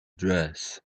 dress